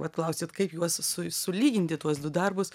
paklausite kaip juos su sulyginti tuos du darbus